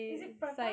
is it prata